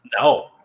No